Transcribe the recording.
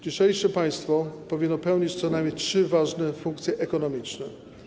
Dzisiejsze państwo powinno pełnić co najmniej trzy ważne funkcje ekonomiczne.